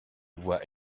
voix